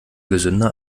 gesünder